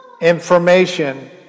information